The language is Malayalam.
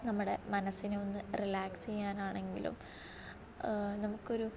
നമ്മുടെ മനസ്സിനെ ഒന്ന് റിലാക്സെയ്യാനാണെങ്കിലും നമുക്കൊരു